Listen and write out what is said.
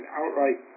outright